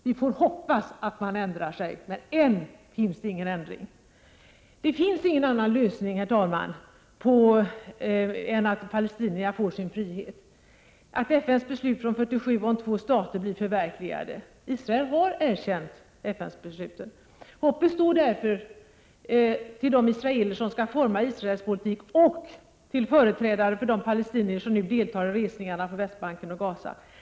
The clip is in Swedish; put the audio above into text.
Vi får hoppas att man ändrar sig, men än har det inte skett. Herr talman! Det finns ingen annan lösning än att palestinierna får sin frihet och att FN:s beslut från 1947 om två stater blir förverkligade. Israel har erkänt FN-besluten. Hoppet står därför till de israeler som skall forma Israels politik, liksom till företrädare för de palestinier som nu deltar i resningarna på Västbanken och i Gaza.